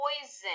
poison